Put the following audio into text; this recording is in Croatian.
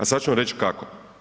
A sad ću vam reći kako.